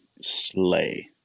slay